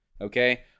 okay